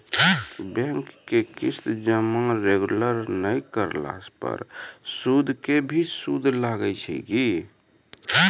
Bank के किस्त जमा रेगुलर नै करला पर सुद के भी सुद लागै छै कि?